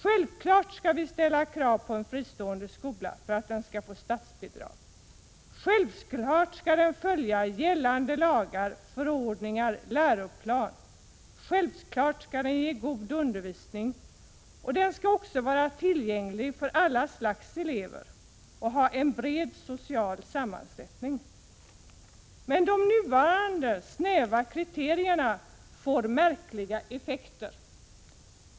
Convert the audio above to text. Självfallet skall vi ställa krav på de fristående skolorna för att de skall få statsbidrag. Självfallet skall de följa gällande lagar, förordningar och läroplan. Och självfallet skall de ge god undervisning. De skall också vara tillgängliga för alla slags elever och ha en bred social sammansättning. Men de nuvarande snäva kriterierna får märkliga effekter.